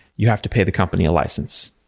you have to pay the company a license.